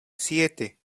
siete